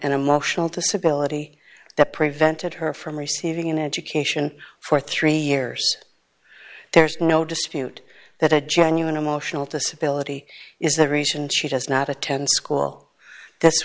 an emotional disability that prevented her from receiving an education for three years there is no dispute that a genuine emotional disability is the reason she does not attend school th